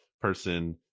person